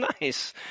nice